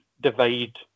divide